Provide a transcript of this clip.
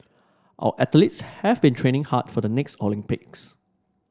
our athletes have been training hard for the next Olympics